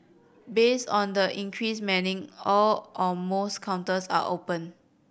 based on the increased manning all or most counters are open